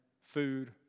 food